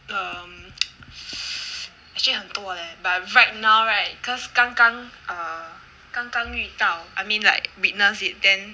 um actually 很多 leh but right now right cause 刚刚 um 刚刚遇到 I mean like witness it then